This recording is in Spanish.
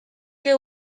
que